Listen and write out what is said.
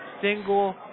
single